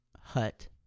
hut